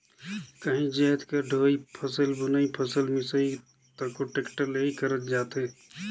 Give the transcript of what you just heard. काहीच जाएत कर डोहई, फसिल बुनई, फसिल मिसई तको टेक्टर ले ही करल जाथे